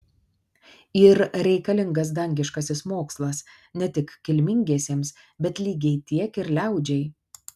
yr reikalingas dangiškasis mokslas ne tik kilmingiesiems bet lygiai tiek ir liaudžiai